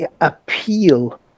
appeal